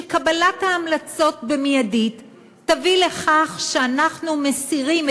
שקבלה מיידית של ההמלצות תביא לכך שאנחנו מסירים,